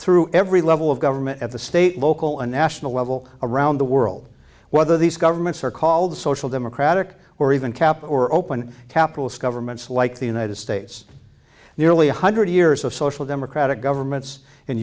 through every level of government at the state local and national level around the world whether these governments are called social democratic or even cap or open capital skiver ments like the united states nearly one hundred years of social democratic governments in